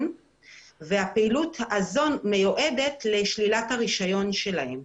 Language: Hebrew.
והפעילות הזו מיועדת לשלילת הרישיון שלהם.